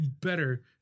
better